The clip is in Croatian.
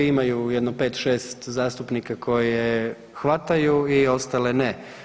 Imaju jedno 5, 6 zastupnika koje hvataju i ostale ne.